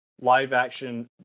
live-action